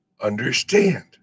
understand